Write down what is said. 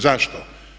Zašto?